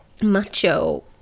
macho